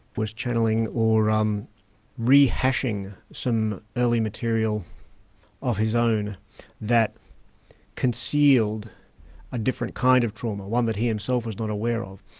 was channelling or um rehashing some early material of his own that concealed a different kind of trauma, one that he himself was not aware of.